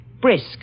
brisk